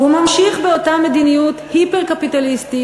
הוא ממשיך באותה מדיניות היפר-קפיטליסטית,